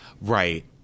Right